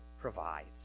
provides